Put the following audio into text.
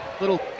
Little